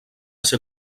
ser